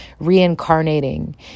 reincarnating